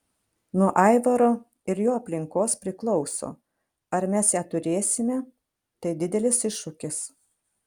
nuo aivaro ir jo aplinkos priklauso ar mes ją turėsime tai didelis iššūkis